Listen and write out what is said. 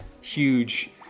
huge